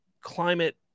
climate